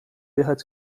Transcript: jechać